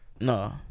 No